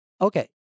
Okay